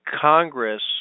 Congress